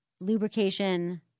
lubrication